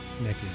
Nikki